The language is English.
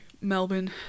Melbourne